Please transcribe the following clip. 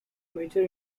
major